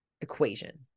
equation